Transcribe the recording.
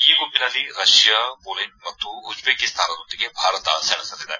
A ಗುಂಪಿನಲ್ಲಿ Russia Poland ಮತ್ತು Uzbekistan ದೊಂದಿಗೆ ಭಾರತ ಸೆಣಸಲಿದೆ